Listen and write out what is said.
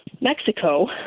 Mexico